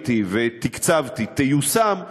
שבניתי ותקצבתי תיושם,